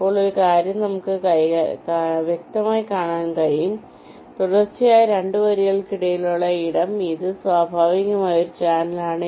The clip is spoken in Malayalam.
ഇപ്പോൾ ഒരു കാര്യം നമുക്ക് വ്യക്തമായി കാണാൻ കഴിയും തുടർച്ചയായ 2 വരികൾക്കിടയിലുള്ള ഇടം ഇത് സ്വാഭാവികമായും ഒരു ചാനലാണ്